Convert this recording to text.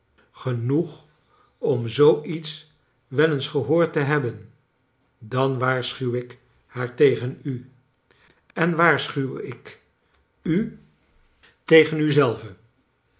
genoeg om zoo iets wel eens gehoord te liebben dan waarschuw ik haar tegen u en waarschuw ik u tegen u zelve